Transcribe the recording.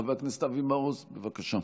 חבר הכנסת אבי מעוז, בבקשה.